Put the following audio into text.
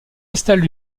installe